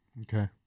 Okay